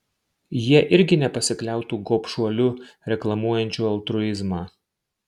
jie irgi nepasikliautų gobšuoliu reklamuojančiu altruizmą